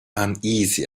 uneasy